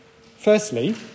Firstly